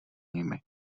nimi